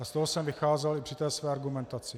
Z toho jsem vycházel i při své argumentaci.